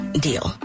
deal